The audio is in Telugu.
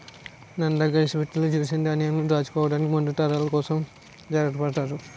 నంద, గరిసబుట్టలు, జాడీలును ధాన్యంను దాచుకోవడానికి ముందు తరాల కోసం జాగ్రత్త పడతారు